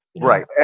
Right